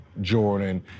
Jordan